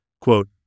quote